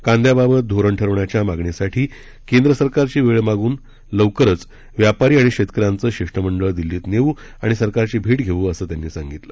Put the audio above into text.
कांद्याबाबत धोरण ठरवण्याच्या मागणीसाठी केंद्र सरकारची वेळ मागून लवकरच व्यापारी आणि शेतकऱ्यांचं शिष्टमंडळ दिल्लीत नेऊ आणि सरकारची भेट घेऊ असं त्यांनी सांगितलं